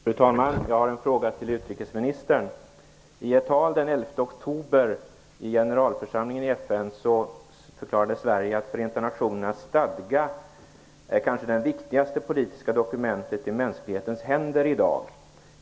Fru talman! Jag har en fråga till utrikesministern. förklarade Sverige att Förenta nationernas stadga är det kanske viktigaste politiska dokumentet i mänsklighetens händer i dag.